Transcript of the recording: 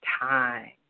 time